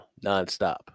nonstop